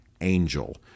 Angel